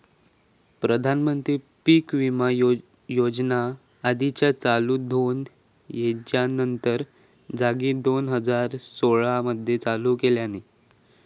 प्रधानमंत्री पीक विमा योजना आधीच्या चालू दोन योजनांच्या जागी दोन हजार सोळा मध्ये चालू केल्यानी